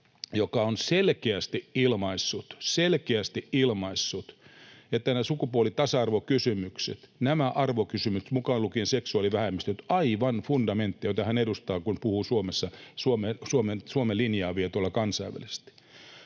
— selkeästi ilmaissut — että nämä sukupuoli-, tasa-arvokysymykset, nämä arvokysymykset, mukaan lukien seksuaalivähemmistöt, ovat aivan fundamentti, jota hän edustaa, kun puhuu, vie Suomen linjaa tuolla kansainvälisesti.